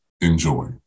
Enjoy